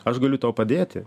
aš galiu tau padėti